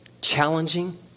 challenging